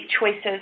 choices